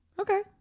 Okay